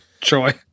Troy